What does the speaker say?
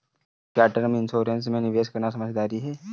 क्या term insurance में निवेश करना समझदारी है?